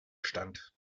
stand